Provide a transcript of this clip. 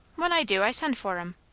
when i do i send for em.